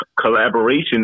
collaboration